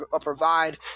provide